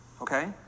okay